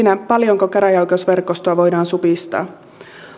yli siinä paljonko käräjäoikeusverkostoa voidaan supistaa